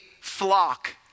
flock